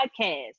podcast